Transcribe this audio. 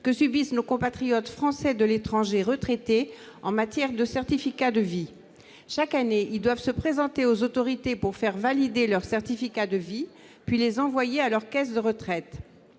que subissent nos compatriotes Français de l'étranger retraités en matière de certificats de vie. Chaque année, ils doivent se présenter aux autorités pour valider leurs certificats de vie, puis les envoyer à leurs caisses de retraite.